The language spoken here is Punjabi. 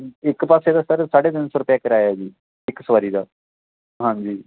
ਇੱਕ ਪਾਸੇ ਦਾ ਸਰ ਸਾਢੇ ਤਿੰਨ ਸੌ ਰੁਪਏ ਕਿਰਾਇਆ ਜੀ ਇੱਕ ਸਵਾਰੀ ਦਾ ਹਾਂਜੀ